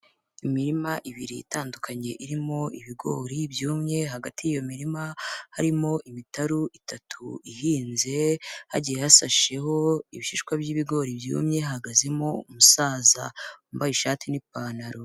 Imirima ibiri itandukanye irimo ibigori byumye, hagati y'iyo mirima harimo imitaru itatu ihinze, hagiye hasasheho ibishishwa by'ibigori byumye, hahagazemo umusaza wambaye ishati n'ipantaro.